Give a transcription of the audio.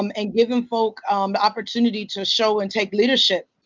um and giving folk the opportunity to show and take leadership.